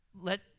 let